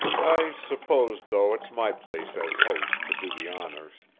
i suppose, though, it's my place as host to do the honors.